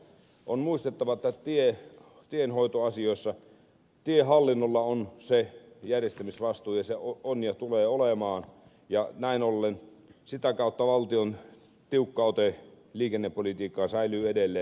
on muistettava että tienhoitoasioissa tiehallinnolla se järjestämisvastuu on ja tulee olemaan ja näin ollen sitä kautta valtion tiukka ote liikennepolitiikkaan säilyy edelleen